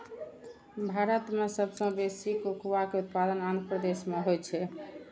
भारत मे सबसं बेसी कोकोआ के उत्पादन आंध्र प्रदेश मे होइ छै